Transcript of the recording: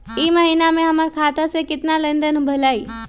ई महीना में हमर खाता से केतना लेनदेन भेलइ?